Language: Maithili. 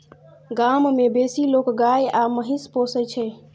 गाम मे बेसी लोक गाय आ महिष पोसय छै